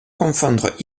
confondre